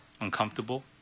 uncomfortable